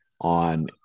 on